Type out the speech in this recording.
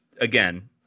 again